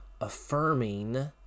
affirming